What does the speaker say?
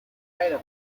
item